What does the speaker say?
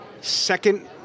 Second